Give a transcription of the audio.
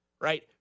Right